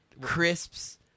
crisps